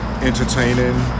entertaining